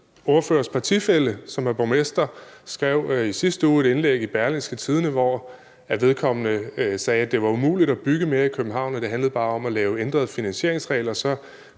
Spørgerens partifælle, som er borgmester, skrev i sidste uge et indlæg i Berlingske, hvor vedkommende sagde, at det var umuligt at bygge mere i København, og at det bare handlede om at lave ændrede finansieringsregler